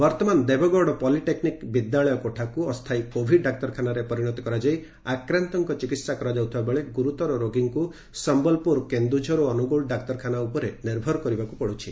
ବର୍ଉମାନ ଦେବଗଡ଼ ପଲିଟେକ୍ପିକ୍ ବିଦ୍ୟାଳୟ କୋଠାକୁ ଅସ୍ଚାୟୀ କୋଭିଡ୍ ଡାକ୍ତରଖାନାରେ ପରିଶତ କରାଯାଇ ଆକ୍ରାନ୍ତଙ୍କ ଚିକିସା କରାଯାଉଥିବା ବେଳେ ଗୁରୁତର ରୋଗୀଙ୍କୁ ସମଲପୁର କେଦୁଝର ଓ ଅନୁଗୁଳ ଡାକ୍ତରଖାନା ଉପରେ ନିର୍ଭର କରିବାକୁ ପଡୁଛି